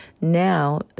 Now